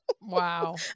Wow